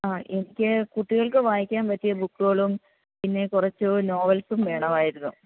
ആ എനിക്ക് കുട്ടികൾക്ക് വായിക്കാൻ പറ്റിയ ബുക്കുകളും പിന്നെ കുറച്ച് നോവൽസും വേണമായിരുന്നു